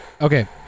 Okay